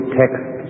text